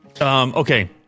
Okay